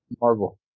Marvel